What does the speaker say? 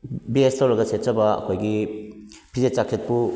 ꯕꯦꯁ ꯇꯧꯔꯒ ꯁꯦꯠꯆꯕ ꯑꯩꯈꯣꯏꯒꯤ ꯐꯤꯖꯦꯠ ꯆꯥꯛꯆꯦꯠꯄꯨ